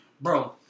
Bro